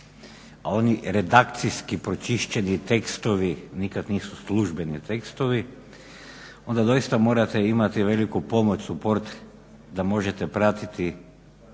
a oni redakcijski pročišćeni tekstovi nikad nisu službeni tekstovi onda doista morate imati veliku pomoć, suport, da možete pratiti